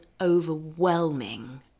overwhelming